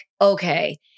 okay